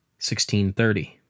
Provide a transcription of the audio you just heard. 1630